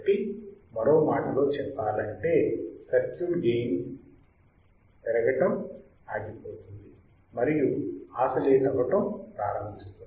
కాబట్టి మరో మాటలో చెప్పాలంటే సర్క్యూట్ గెయిన్ చెందటం ఆగిపోతుంది మరియు ఆసిలేట్ అవ్వటం ప్రారంభిస్తుంది